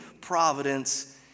providence